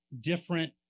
different